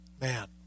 man